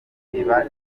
iba